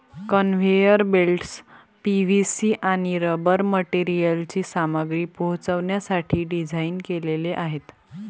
conveyor belts PVC आणि rubber मटेरियलची सामग्री पोहोचवण्यासाठी डिझाइन केलेले आहेत